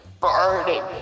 Burning